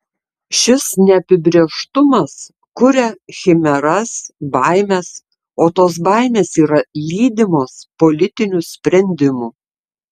šis neapibrėžtumas kuria chimeras baimes o tos baimės yra lydimos politinių sprendimų